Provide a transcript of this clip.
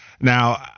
Now